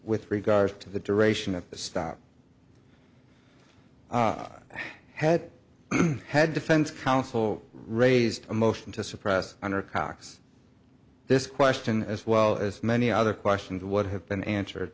with regard to the duration of the stop i had had defense counsel raised a motion to suppress under cox this question as well as many other questions would have been answered